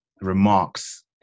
remarks